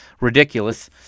ridiculous